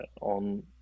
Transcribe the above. on